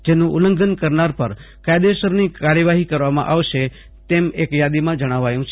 જેનું ઉલ્લંઘન કરનાર પર કાયદેસરની કાર્યવાહી કરવામાં આવશે તેવું એક યાદીમાં જણાવ્યું છે